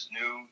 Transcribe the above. new